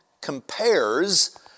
compares